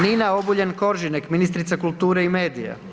Nina Obuljen Koržinek, ministrica kulture i medija.